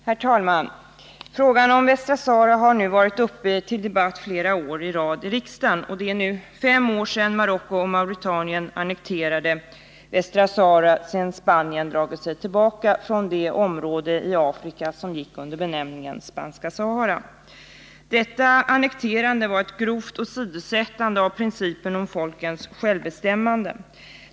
Herr talman! Frågan om Västra Sahara har varit uppe till debatt flera år i rad i kammaren. Det är nu fem år sedan Marocko och Mauretanien annekterade Västra Sahara när Spanien dragit sig tillbaka från det område i Afrika som gick under benämningen Spanska Sahara. Detta annekterande var ett grovt åsidosättande av principen om folkens självbestämmande.